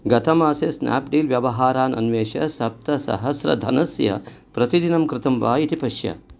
गतमासे Snapdeal व्यवहारान् अन्विष्य सप्तसहस्रधनस्य प्रतिदानं कृतं वा इति पश्य